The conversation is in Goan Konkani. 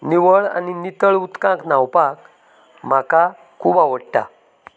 निवळ आनी नितळ उदकांत न्हांवपाक म्हाका खूब आवडटा